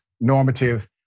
Normative